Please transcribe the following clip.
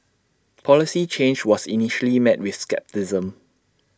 the policy change was initially met with scepticism